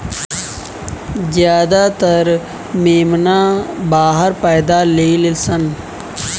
ज्यादातर मेमना बाहर पैदा लेलसन